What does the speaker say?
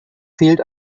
fehlt